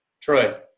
Troy